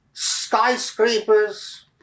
skyscrapers